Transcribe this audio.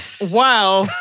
Wow